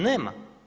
Nema.